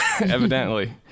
Evidently